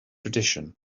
tradition